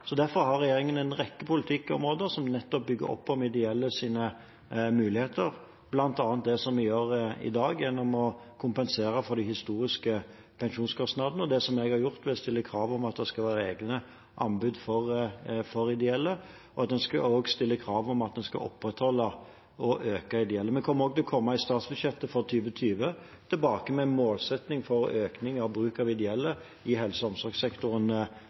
Derfor har regjeringen en rekke politikkområder som bygger opp under ideelles muligheter, bl.a. det som vi gjør i dag gjennom å kompensere for de historiske pensjonskostnadene, og det som jeg har gjort ved å stille krav om at det skal være egne anbud for ideelle, og at en også skal stille krav om at en skal opprettholde og øke antallet ideelle. Vi kommer i statsbudsjettet for 2020 tilbake med målsetning for økning av bruk av ideelle i helse- og omsorgssektoren,